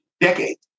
decades